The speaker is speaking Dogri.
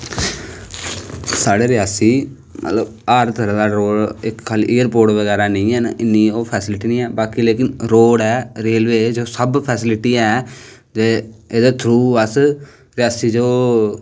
साढ़े रियासी मतलव हर तरांह् दा रोड खाल्ली एरयपोट नी ऐ इन्नी ओह् फैसलिटी नी ऐ बाकी रोड़ रेलवे जो सब फैसलिटी ऐ ते एह्दे थ्रू अस रियासी च